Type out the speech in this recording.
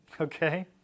okay